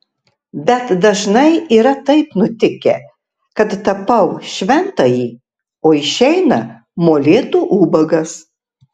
bet dažnai yra taip nutikę kad tapau šventąjį o išeina molėtų ubagas